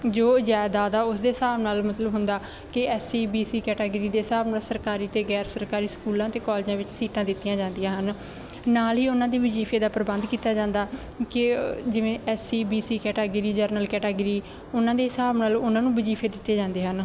ਜੋ ਜਾਇਦਾਦ ਆ ਉਸ ਦੇ ਹਿਸਾਬ ਨਾਲ ਮਤਲਬ ਹੁੰਦਾ ਕਿ S C B C category ਦੇ ਹਿਸਾਬ ਨਾਲ ਸਰਕਾਰੀ ਅਤੇ ਗੈਰ ਸਰਕਾਰੀ ਸਕੂਲਾਂ ਅਤੇ ਕਾਲਜਾਂ ਵਿੱਚ ਸੀਟਾਂ ਦਿੱਤੀਆਂ ਜਾਂਦੀਆਂ ਹਨ ਨਾਲ ਹੀ ਉਹਨਾਂ ਦੇ ਵਜ਼ੀਫੇ ਦਾ ਪ੍ਰਬੰਧ ਕੀਤਾ ਜਾਂਦਾ ਜੇ ਜਿਵੇਂ S C B C category general category ਉਹਨਾਂ ਦੇ ਹਿਸਾਬ ਨਾਲ ਉਹਨਾਂ ਨੂੰ ਵਜ਼ੀਫੇ ਦਿੱਤੇ ਜਾਂਦੇ ਹਨ